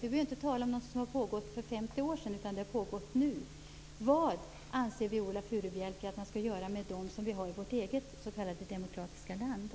Vi behöver inte tala om något som har skett för 50 år sedan; detta har pågått nu. Vad anser Viola Furubjelke att man skall göra med dessa människor, som vi har i vårt eget s.k. demokratiska land?